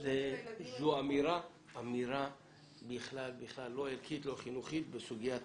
זו אמירה בכלל לא ערכית, לא חינוכית בסוגיית